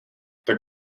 tak